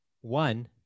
One